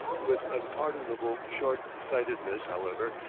with unpardonable short-sightedness, however,